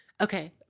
Okay